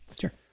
Sure